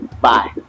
Bye